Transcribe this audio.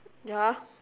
ya